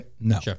No